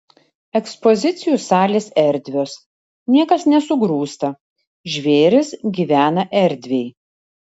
ekspozicijų salės erdvios niekas nesugrūsta žvėrys gyvena erdviai